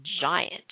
giant